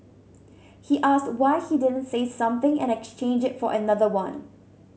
he asked why he didn't say something and exchange it for another one